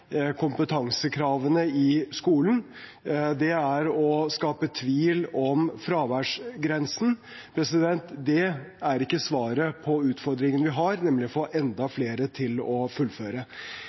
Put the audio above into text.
kompetansekravene i skolen og skape tvil om fraværsgrensen. Det er ikke svaret på utfordringen vi har, nemlig å få enda flere til å fullføre.